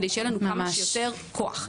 כדי שיהיה לנו כמה שיותר כוח.